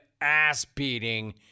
ass-beating